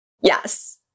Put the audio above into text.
Yes